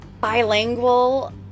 bilingual